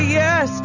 yes